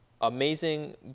amazing